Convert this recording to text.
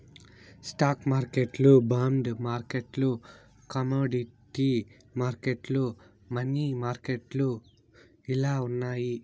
stock మార్కెట్లు bond మార్కెట్లు commodity మార్కెట్లు, మనీ మార్కెట్లు ఇలా ఉన్నాయి